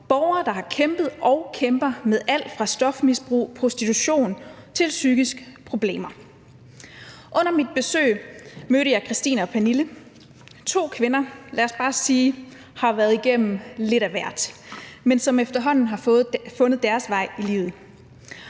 borgere, der har kæmpet og kæmper med alt fra stofmisbrug og prostitution til psykiske problemer. Under mit besøg mødte jeg Christine og Pernille – to kvinder, der, lad os bare sige, har været igennem lidt af hvert, men som efterhånden har fundet deres vej i livet.